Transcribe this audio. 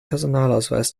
personalausweis